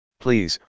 Please